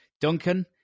Duncan